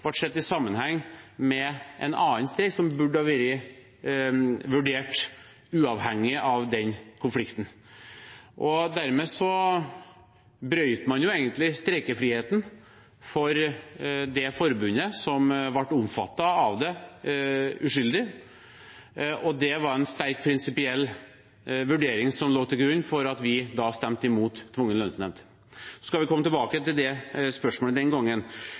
sett i sammenheng med en annen streik, som burde vært vurdert uavhengig av den konflikten. Dermed brøt man egentlig streikefriheten for det forbundet som ble uskyldig omfattet av det. Det var en sterk, prinsipiell vurdering som lå til grunn for at vi da stemte imot tvungen lønnsnemnd. Vi skal komme tilbake til det spørsmålet